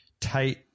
tight